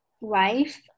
wife